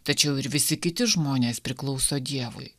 tačiau ir visi kiti žmonės priklauso dievui